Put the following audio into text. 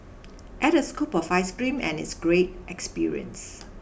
add a scoop of ice cream and it's a great experience